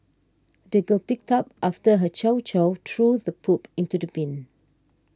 the girl picked up after her chow chow and threw the poop into the bin